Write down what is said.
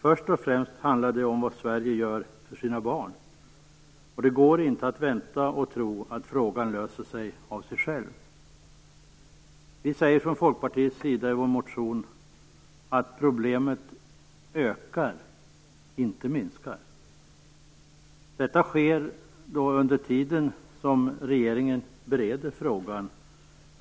Först och främst handlar det om vad Sverige gör för sina barn. Det går inte att vänta och tro att frågan löser sig av sig själv. Vi från folkpartiets sida säger i vår motion att problemet ökar, inte minskar. Detta sker under tiden som regeringen bereder frågan.